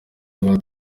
rwa